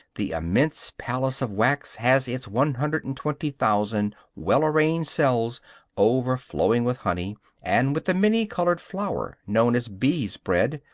the immense palace of wax has its one hundred and twenty thousand well-arranged cells overflowing with honey and with the many-colored flour, known as bees' bread,